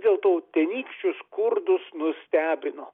dėl to tenykščius kurdus nustebino